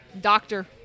Doctor